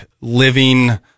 living